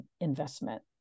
investment